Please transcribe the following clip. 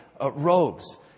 robes